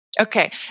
Okay